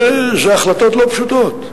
זה החלטות לא פשוטות.